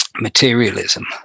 materialism